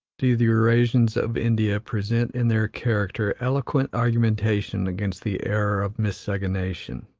do the eurasians of india present in their character eloquent argumentation against the error of miscegenation.